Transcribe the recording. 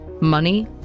money